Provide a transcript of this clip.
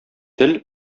тел